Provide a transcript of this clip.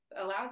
allows